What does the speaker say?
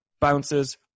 bounces